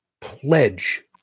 pledge